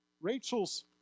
Rachel's